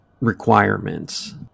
requirements